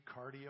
Cardio